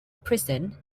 prison